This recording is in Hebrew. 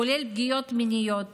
כולל פגיעות מיניות